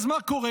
אז מה קורה?